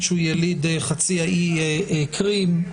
חבר הכנסת עו"ד גלעד קריב,